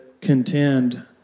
contend